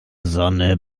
sonne